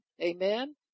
amen